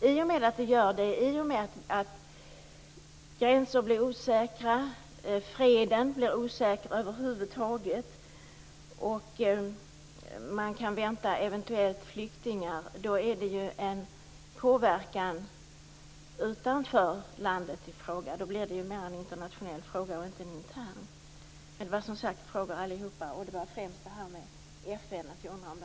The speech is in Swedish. I och med att gränser blir osäkra, freden blir osäker över huvud taget och att man eventuellt kan vänta flyktingar är det en påverkan utanför landet i fråga. Då blir det mera en internationell fråga och inte intern. Det var främst detta med FN där jag undrade om det har någon betydelse.